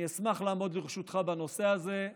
אני אשמח לעמוד לרשותך בנושא הזה,